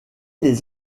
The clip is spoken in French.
les